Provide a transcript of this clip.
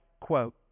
quote